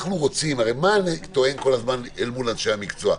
הרי מה אני טוען כל הזמן אל מול אנשי המקצוע?